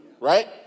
right